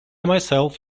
myself